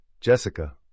Jessica